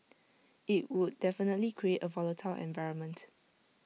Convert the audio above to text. IT would definitely create A volatile environment